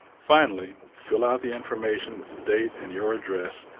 finally, fill out the information with the date and your address,